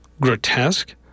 grotesque